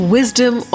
Wisdom